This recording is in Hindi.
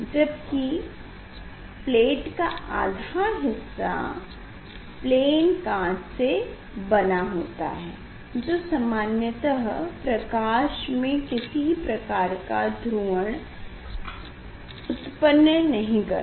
जबकि प्लेट का आधा हिस्सा प्लेन काँच से बना होता है जो सामान्यतः प्रकाश में किसी प्रकार का ध्रुवण उत्पन्न नहीं करता